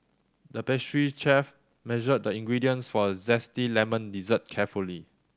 the pastry chef measured the ingredients for a zesty lemon dessert carefully